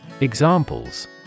Examples